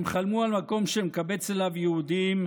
הם חלמו על מקום שמקבץ אליו יהודים,